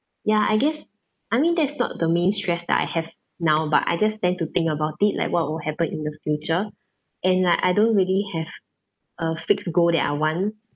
ya I guess I mean that's not the main stress that I have now but I just tend to think about it like what will happen in the future and like I don't really have a fixed goal that I want